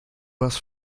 bass